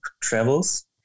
travels